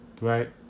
right